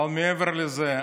אבל מעבר לזה,